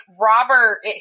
Robert